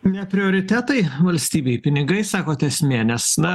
ne prioritetai valstybei pinigai sakot esmė nes na